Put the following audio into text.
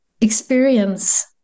experience